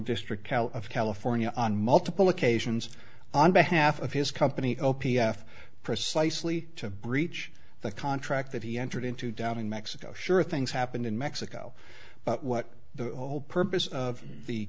district of california on multiple occasions on behalf of his company o p s precisely to breach the contract that he entered into down in mexico sure things happened in mexico but what the whole purpose of the